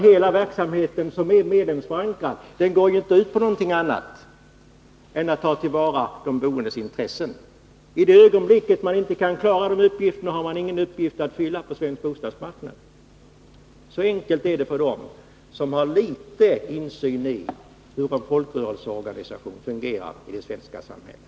Hela verksamheten, som är medlemsförankrad, går ju inte ut på någonting annat än att ta till vara de boendes intressen. I det ögonblick då man inte kan klara den verksamheten har man ingen uppgift att fylla på svensk bostadsmarknad. Så enkelt är det för dem som har någon insyn i hur en folkrörelseorganisation fungerar i det svenska samhället.